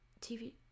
TV